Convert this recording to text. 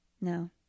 no